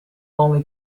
only